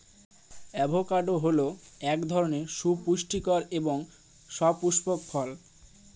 avocado হল এক ধরনের সুপুষ্টিকর এবং সপুস্পক ফল